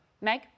Meg